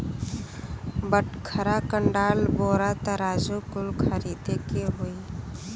बटखरा, कंडाल, बोरा, तराजू कुल खरीदे के होई